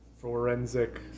forensic